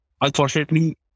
Unfortunately